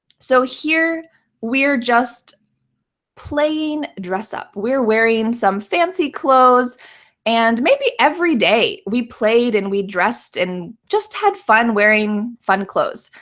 so here we're just playing dress up. we're wearing some fancy clothes and maybe every day we played and we dressed and just had fun wearing fun clothes.